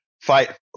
Fight